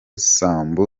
sambu